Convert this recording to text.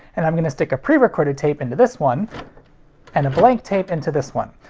and i'm gonna stick a prerecorded tape into this one and a blank tape into this one.